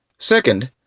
second,